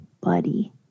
Buddy